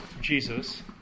Jesus